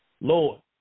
Lord